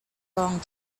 long